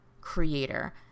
creator